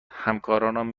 همکارانم